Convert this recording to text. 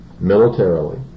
militarily